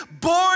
born